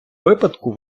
випадку